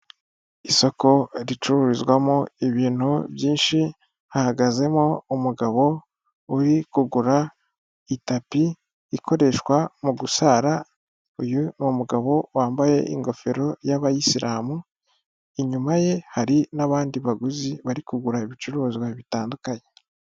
Isoko ricururizwamo ibintu byinshi hahagazemo umugabo uri kugura itapi ikoreshwa mu gusara, uyu ni umugabo wambaye ingofero y'abayisiramu inyuma ye hari n'abandi baguzi bari kugura ibicuruzwa bitandukanye.